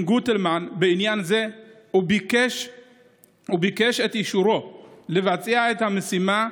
עם גוטלמן בעניין זה וביקש את אישורו לבצע את המשימה,